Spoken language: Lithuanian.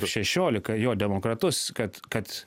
šešiolika jo demokratus kad kad